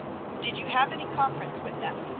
did you have any conference with them?